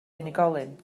unigolyn